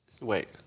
Wait